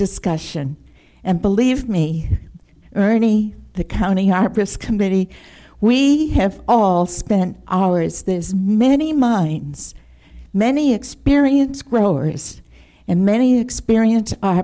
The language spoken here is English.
discussion and believe me ernie the county our press committee we have all spent hours this many minds many experience growers and many experience